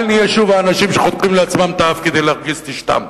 אל נהיה שוב האנשים שחותכים לעצמם את האף כדי להרגיז את אשתם.